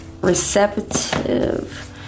Receptive